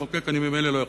לחוקק אני ממילא לא יכול,